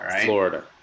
Florida